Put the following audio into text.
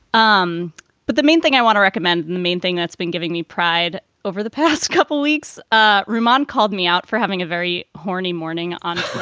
um but the main thing i want to recommend. and the main thing that's been giving me pride over the past couple weeks ah roomand called me out for having a very horny morning on